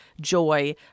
joy